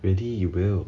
really you will